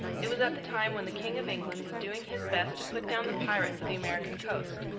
it was at the time when the king of england was doing his best to put down the pirates of the american coast,